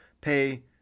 pay